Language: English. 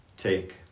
Take